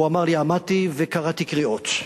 הוא אמר לי: עמדתי וקראתי קריאות.